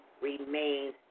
remains